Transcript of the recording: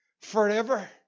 forever